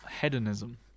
hedonism